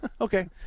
okay